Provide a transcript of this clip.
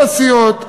כל הסיעות,